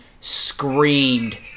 screamed